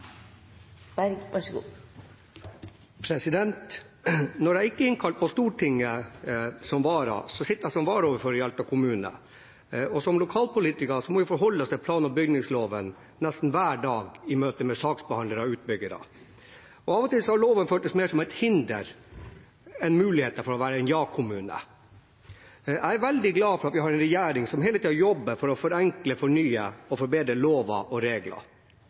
er mitt poeng. Replikkordskiftet er omme. Når jeg ikke er innkalt på Stortinget som vararepresentant, sitter jeg som varaordfører i Alta kommune. Som lokalpolitikere må vi forholde oss til plan- og bygningsloven nesten hver dag i møte med saksbehandlere og utbyggere. Av og til har loven føltes mer som et hinder enn som en mulighet for å være en ja-kommune. Jeg er veldig glad for at vi har en regjering som hele tiden jobber for å forenkle, fornye og forbedre lover og